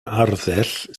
arddull